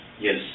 Yes